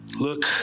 Look